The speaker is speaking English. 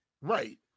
Right